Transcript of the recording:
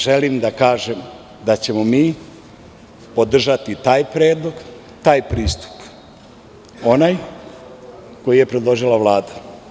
Želim da kažem da ćemo mi podržati taj predlog, taj pristup, onaj koji je predložila Vlada.